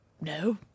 No